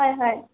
হয় হয়